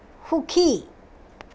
সুখী